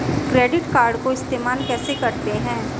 Credit card को इस्तेमाल कैसे करते हैं?